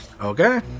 Okay